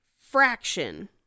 fraction